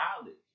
knowledge